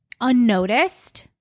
unnoticed